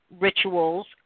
rituals